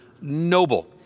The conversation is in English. noble